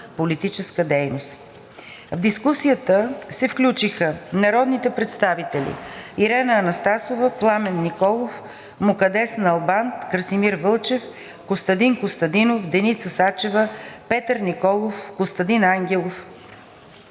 В дискусията се включиха народните представители